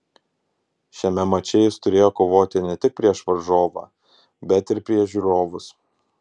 šiame mače jis turėjo kovoti ne tik prieš varžovą bet ir prieš žiūrovus